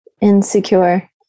insecure